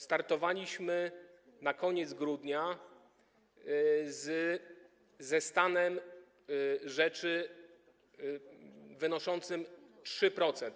Startowaliśmy na koniec grudnia ze stanem rzeczy wynoszącym 3%.